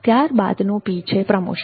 ત્યારબાદનો P છે promotion